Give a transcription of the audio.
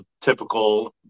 typical